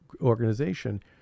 organization